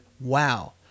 wow